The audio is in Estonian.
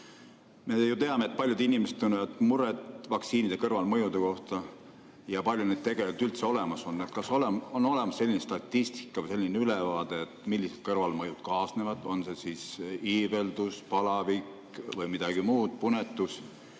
ju teame, et paljud inimesed tunnevad muret vaktsiinide kõrvalmõjude pärast. Kui palju neid tegelikult üldse olemas on? Kas on olemas selline statistika või ülevaade, millised kõrvalmõjud võivad kaasneda – on see siis iiveldus, palavik või midagi muud, punetus?